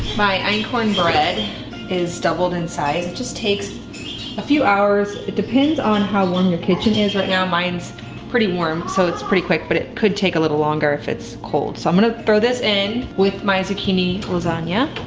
my einkorn bread is doubled in size. it just takes a few hours. it depends on how warm your kitchen is. right now mine's pretty warm so it's pretty quick. but it could take a little longer if it's cold. so i'm gonna throw this in with my zucchini lasagna.